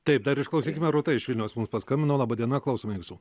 taip dar išklausykime rūta iš vilniaus mums paskambino laba diena klausome jūsų